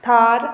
Thar